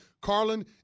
Carlin